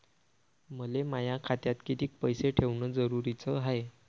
मले माया खात्यात कितीक पैसे ठेवण जरुरीच हाय?